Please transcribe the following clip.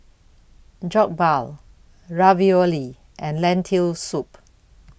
Jokbal Ravioli and Lentil Soup